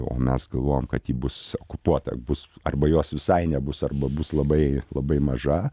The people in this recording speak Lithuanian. o mes galvojam kad ji bus okupuota bus arba jos visai nebus arba bus labai labai maža